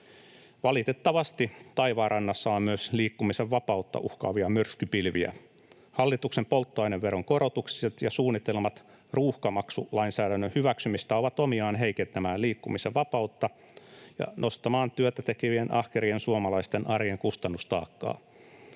Valitettavasti taivaanrannassa on myös liikkumisen vapautta uhkaavia myrskypilviä. Hallituksen polttoaineveronkorotukset ja suunnitelmat ruuhkamaksulainsäädännön hyväksymisestä ovat omiaan heikentämään liikkumisen vapautta ja nostamaan työtä tekevien ahkerien suomalaisten arjen kustannustaakkaa.